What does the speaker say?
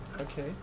Okay